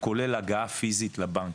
וכולל הגעה פיזית לבנק,